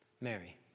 Mary